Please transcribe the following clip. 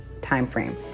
timeframe